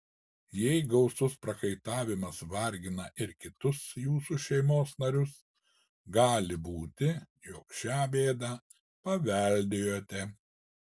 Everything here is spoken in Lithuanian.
jei gausus prakaitavimas vargina ir kitus jūsų šeimos narius gali būti jog šią bėdą paveldėjote